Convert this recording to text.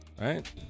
right